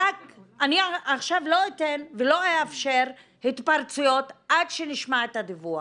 אני לא אתן ולא אאפשר התפרצויות עד שנשמע את הדיווח.